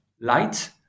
light